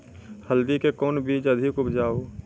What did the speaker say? हल्दी के कौन बीज अधिक उपजाऊ?